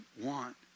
want